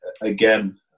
again